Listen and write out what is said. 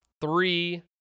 three